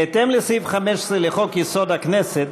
בהתאם לסעיף 15 לחוק-יסוד: הכנסת,